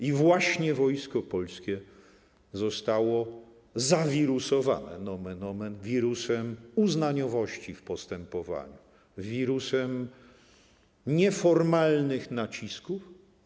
I właśnie Wojsko Polskie zostało zawirusowane, nomen omen, wirusem uznaniowości w postępowaniu, wirusem nieformalnych nacisków.